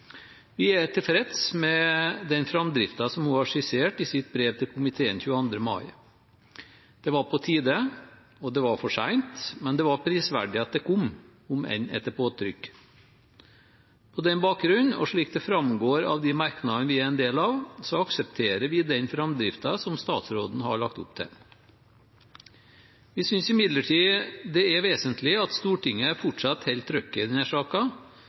Vi er tilfreds med den framdriften som hun har skissert i sitt brev til komiteen av 22. mai. Det var på tide, og det var for sent, men det var prisverdig at det kom, om enn etter påtrykk. På den bakgrunnen, og slik det framgår av de merknadene vi er en del av, aksepterer vi den framdriften som statsråden har lagt opp til. Vi synes imidlertid at det er vesentlig at Stortinget fortsatt holder trykket i